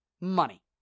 money